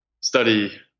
study